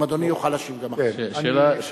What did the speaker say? אם אדוני יוכל להשיב גם עכשיו.